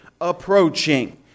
approaching